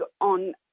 on